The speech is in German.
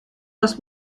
das